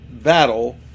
battle